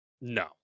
No